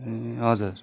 ए हजुर